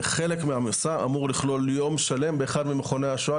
וחלק מהמסע אמור לכלול יום שלם באחד ממכוני השואה,